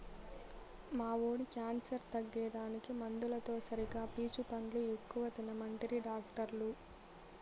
మా వోడి క్యాన్సర్ తగ్గేదానికి మందులతో సరిగా పీచు పండ్లు ఎక్కువ తినమంటిరి డాక్టర్లు